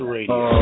Radio